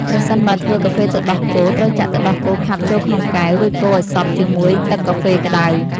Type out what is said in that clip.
ប្រសិនបើធ្វើកាហ្វេទឹកដោះគោ ត្រូវចាក់ទឹកដោះគោខាប់ចូលក្នុងកែវ រួចកូរឱ្យសព្វជាមួយទឹកកាហ្វេក្ដៅ។